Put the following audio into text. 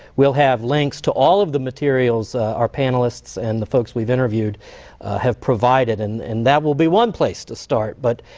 we'll have links to all of the materials our panelists and the folks we've interviewed have provided and and that will be one place to start. but